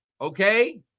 okay